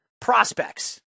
prospects